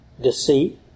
deceit